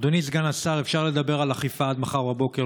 אדוני סגן השר, אפשר לדבר על אכיפה עד מחר בבוקר.